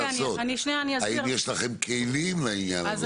האם יש לכם כלים לעניין הזה?